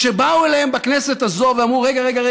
כשבאו אליהם בכנסת הזו ואמרו: רגע,